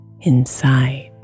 inside